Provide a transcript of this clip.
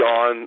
on